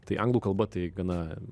tai anglų kalba tai gana